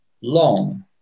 long